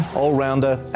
all-rounder